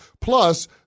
Plus